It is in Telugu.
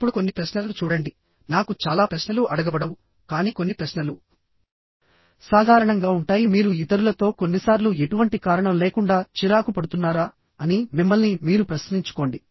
ఇప్పుడు కొన్ని ప్రశ్నలను చూడండి నాకు చాలా ప్రశ్నలు అడగబడవు కానీ కొన్ని ప్రశ్నలు సాధారణంగా ఉంటాయిః మీరు ఇతరులతో కొన్నిసార్లు ఎటువంటి కారణం లేకుండా చిరాకు పడుతున్నారా అని మిమ్మల్ని మీరు ప్రశ్నించుకోండి